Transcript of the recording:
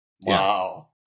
Wow